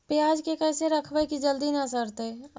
पयाज के कैसे रखबै कि जल्दी न सड़तै?